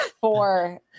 four